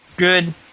Good